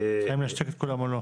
האם להשתיק את כולם או לא.